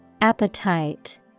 Appetite